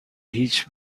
هیچ